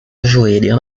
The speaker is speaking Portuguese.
ajoelha